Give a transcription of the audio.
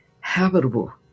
habitable